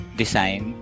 design